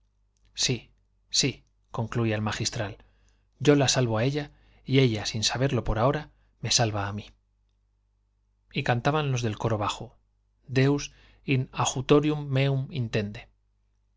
intento sí sí concluía el magistral yo la salvo a ella y ella sin saberlo por ahora me salva a mí y cantaban los del coro bajo deus